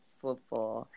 football